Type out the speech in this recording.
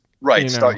Right